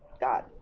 God